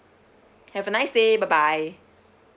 have a nice day bye bye